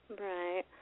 Right